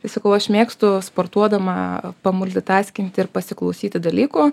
tai sakau aš mėgstu sportuodama pamultitaskinti ir pasiklausyti dalykų